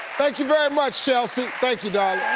thank you very much chelsea, thank you darling.